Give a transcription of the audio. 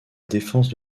défense